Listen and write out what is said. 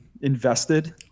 invested